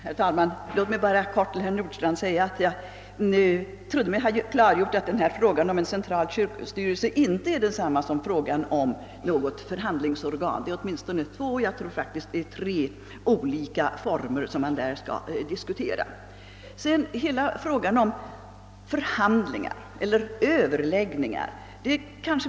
Herr talman! Låt mig helt kort till herr Nordstrandh säga att jag trodde mig ha klargjort att frågan om en central kyrkostyrelse inte är liktydig med frågan om ett förhandlingsorgan. Man har därvid faktiskt tre olika former att diskutera. Vi ser vidare kanske frågan om överläggningar på olika sätt.